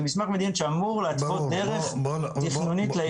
זה מסמך מדיניות שאמור להתוות דרך תכנונית לישוב.